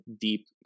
deep